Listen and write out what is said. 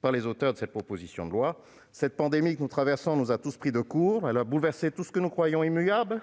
par les auteurs de cette proposition de loi. Cette pandémie que nous traversons nous a tous pris de court, elle a bouleversé tout ce que nous croyions immuable